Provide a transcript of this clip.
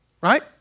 Right